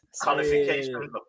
Qualification